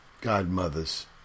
Godmothers